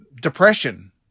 Depression